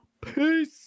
Peace